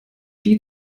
die